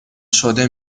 شده